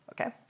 okay